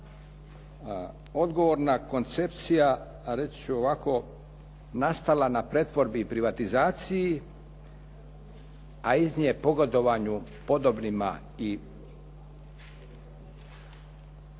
ću ovako, nastala na pretvorbi i privatizaciji, a iz nje pogodovanju podobnima i